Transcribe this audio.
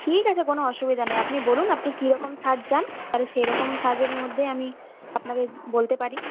ঠিক আছে কোন অসুবিধা নেই আপনি বলুন আপনি কী রকম সাজ চান তাহলে সেইরকম সাজের মধ্যেই আমি আপনাকে বলতে পারি